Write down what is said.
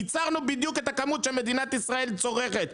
ייצרנו בדיוק את הכמות שמדינת ישראל צורכת,